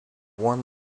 warm